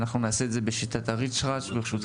התרבות והספורט של